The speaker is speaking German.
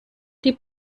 die